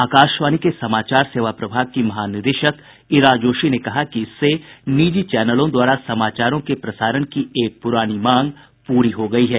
आकाशवाणी के समाचार सेवा प्रभाग की महानिदेशक ईरा जोशी ने कहा कि इससे निजी चैनलों द्वारा समाचारों के प्रसारण की एक पुरानी मांग पूरी हो गई है